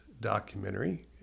documentary